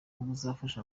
buzafasha